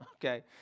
okay